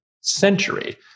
century